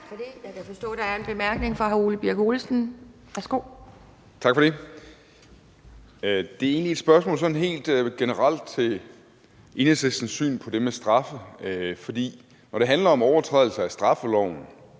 Jeg kan forstå, der er en kort bemærkning fra hr. Ole Birk Olesen. Værsgo. Kl. 16:43 Ole Birk Olesen (LA): Tak for det. Det er egentlig et spørgsmål sådan helt generelt om Enhedslistens syn på det med straffe, for når det handler om overtrædelse af straffeloven,